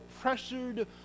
pressured